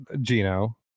gino